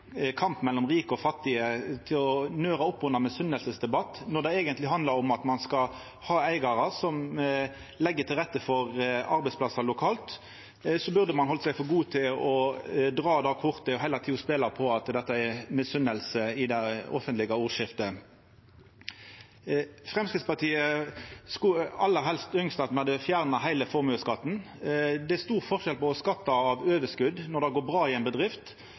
mellom rike og fattige og nører opp under ein misunningsdebatt. Når det eigentleg handlar om at ein skal ha eigarar som legg til rette for arbeidsplassar lokalt, burde ein halda seg for god til å dra det kortet og heile tida spela på at dette er misunning i det offentlege ordskiftet. Framstegspartiet skulle aller helst ønskt at me hadde fjerna heile formuesskatten. Det er ein ting å skatta av overskot når det går bra i ei bedrift,